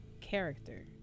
character